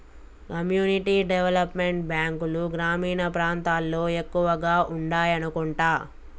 community development బ్యాంకులు గ్రామీణ ప్రాంతాల్లో ఎక్కువగా ఉండాయనుకుంటా